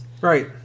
Right